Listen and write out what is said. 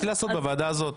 זה צריך להיעשות בוועדה הזאת.